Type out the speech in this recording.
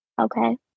okay